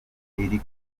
iri